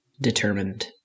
determined